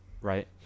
right